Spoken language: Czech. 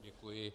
Děkuji.